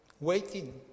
waiting